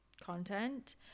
content